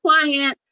client